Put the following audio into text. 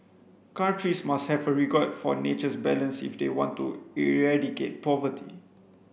countries must have a regard for nature's balance if they want to eradicate poverty